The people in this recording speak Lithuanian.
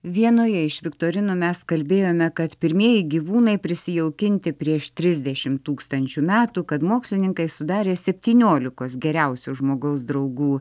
vienoje iš viktorinų mes kalbėjome kad pirmieji gyvūnai prisijaukinti prieš trisdešim tūkstančių metų kad mokslininkai sudarė septyniolikos geriausių žmogaus draugų